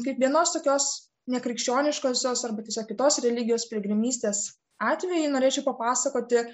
kaip vienos tokios nekrikščioniškosios arba tiesiog kitos religijos piligrimystės atvejį norėčiau papasakoti